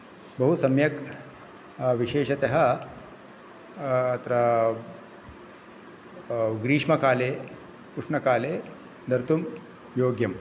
बहु सम्यक् विशेषतः अत्र ग्रीष्मकाले उष्णकाले धर्तुं योग्यम्